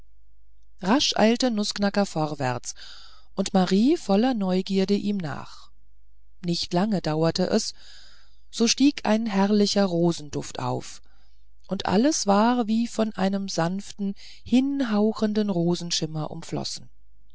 rasch eilte nußknacker vorwärts und marie voller neugierde ihm nach nicht lange dauerte es so stieg ein herrlicher rosenduft auf und alles war wie von einem sanften hinhauchenden rosenschimmer umflossen